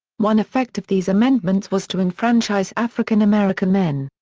one effect of these amendments was to enfranchise african american men.